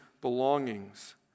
belongings